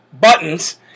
buttons